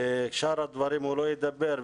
ושאר הדברים הוא לא ידבר,